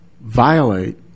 violate